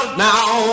now